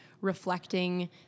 reflecting